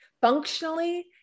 functionally